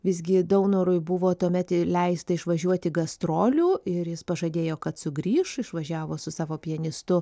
visgi daunorui buvo tuomet leista išvažiuoti gastrolių ir jis pažadėjo kad sugrįš išvažiavo su savo pianistu